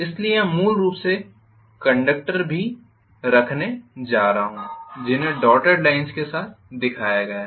इसलिए यहां मूल रूप से कंडक्टर भी रखने जा रहा हूं जिन्हें डॉटेड लाइन्स के साथ दिखाया गया है